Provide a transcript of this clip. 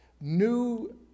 new